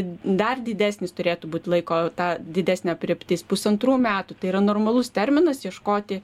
dar didesnis turėtų būt laiko ta didesnė aprėptis pusantrų metų tai yra normalus terminas ieškoti